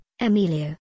Emilio